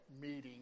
meeting